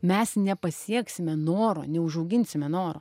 mes nepasieksime noro neužauginsime noro